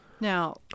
Now